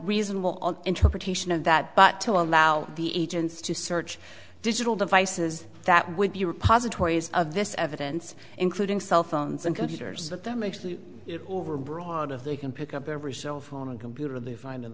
reasonable interpretation of that but to allow the agents to search digital devices that would be repositories of this evidence including cell phones and computers but that makes the overbroad if they can pick up every cell phone and computer they find in